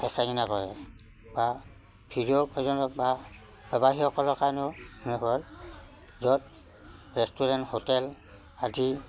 বেচা কিনা কৰে বা ভিডিঅ' উপাৰ্জনত বা ব্যৱসায়ীসকলৰ কাৰণেও সিহঁতৰ য'ত ৰেষ্টুৰেণ্ট হোটেল আদি